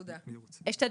אשתדל.